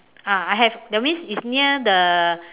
ah I have that means it's near the